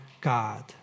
God